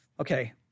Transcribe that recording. okay